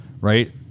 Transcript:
right